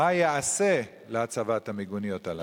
3. מה ייעשה להצבת המיגוניות האלה?